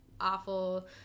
awful